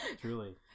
Truly